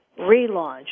relaunch